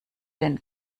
den